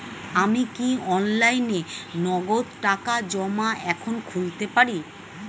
আমি কি অনলাইনে নগদ টাকা জমা এখন খুলতে পারি?